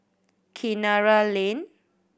Kinara Lane